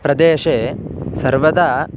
प्रदेशे सर्वदा